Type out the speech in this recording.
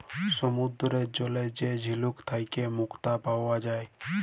সমুদ্দুরের জলে যে ঝিলুক থ্যাইকে মুক্তা পাউয়া যায়